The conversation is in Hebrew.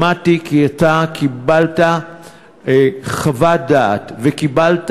שמעתי כי אתה קיבלת חוות דעת וקיבלת